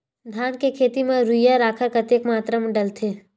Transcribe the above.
धान के खेती म यूरिया राखर कतेक मात्रा म डलथे?